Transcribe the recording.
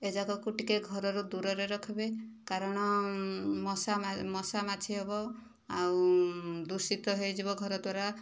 ଏଯାକକୁ ଟିକେ ଘରରୁ ଦୂରରେ ରଖିବେ କାରଣ ମଶା ମାଛି ହେବ ଆଉ ଦୂଷିତ ହୋଇଯିବ ଘର ଦ୍ୱାରା